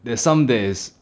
there's some that is